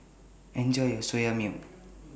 Enjoy your Soya Milk